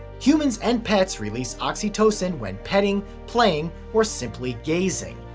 humans and pets release oxytocin when petting, playing or simply gazing.